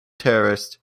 terrorists